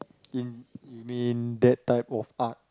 in mean that type of art